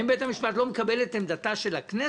האם בית המשפט לא מקבל את עמדתה של הכנסת?